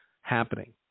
happening